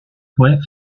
fue